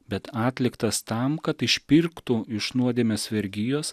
bet atliktas tam kad išpirktų iš nuodėmės vergijos